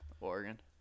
Oregon